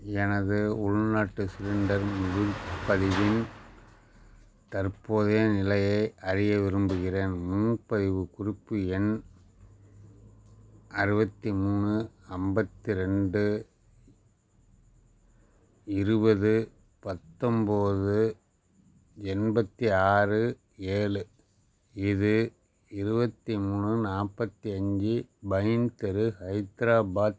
எனது உள்நாட்டு சிலிண்டர் முன்பதிவின் தற்போதைய நிலையை அறிய விரும்புகின்றேன் முன்பதிவு குறிப்பு எண் அறுபத்தி மூணு ஐம்பத்தி ரெண்டு இருபது பத்தொம் போது எண்பத்தி ஆறு ஏழு இது இருபத்தி மூணு நாற்பத்தி அஞ்சு பைன் தெரு ஹைத்ராபாத்